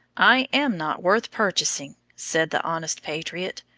i am not worth purchasing, said the honest patriot,